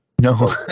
No